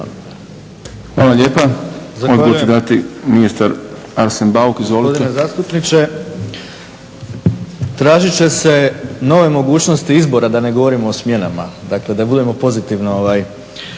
Hvala lijepa. Odgovor će dati ministar Arsen Bauk. Izvolite. **Bauk,